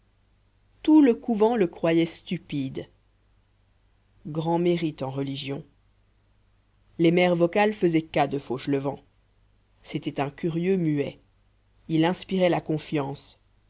tout le couvent le croyait stupide grand mérite en religion les mères vocales faisaient cas de fauchelevent c'était un curieux muet il inspirait la confiance